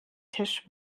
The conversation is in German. tisch